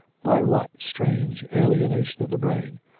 by what strange alienation of the brain,